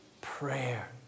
Prayer